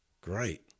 Great